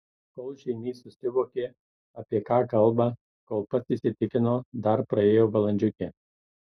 kol žeimys susivokė apie ką kalba kol pats įsitikino dar praėjo valandžiukė